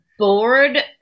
bored